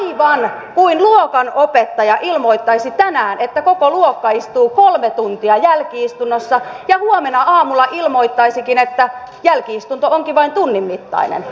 aivan kuin luokanopettaja ilmoittaisi tänään että koko luokka istuu kolme tuntia jälki istunnossa ja huomenna aamulla ilmoittaisikin että jälki istunto onkin vain tunnin mittainen